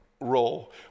role